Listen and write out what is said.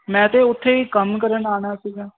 ਮੈਂ ਤੇ ਉੱਥੇ ਕੰਮ ਕਰਨ ਆਉਣਾ ਸੀਗਾ